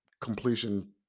completion